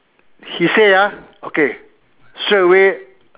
he say ah okay straightaway